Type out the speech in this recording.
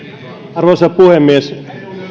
arvoisa puhemies